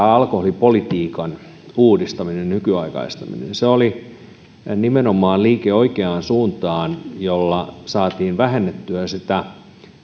alkoholipolitiikan uudistaminen nykyaikaistaminen oli nimenomaan liike oikeaan suuntaan jolla saatiin vähennettyä sitä